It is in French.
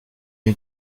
une